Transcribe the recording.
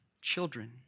Children